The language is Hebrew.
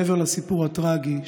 מעבר לסיפור הטרגי,